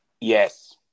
Yes